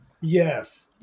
Yes